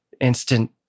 Instant